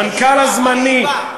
המנכ"ל הזמני,